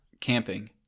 Camping